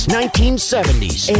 1970s